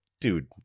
dude